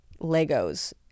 Legos